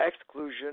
exclusion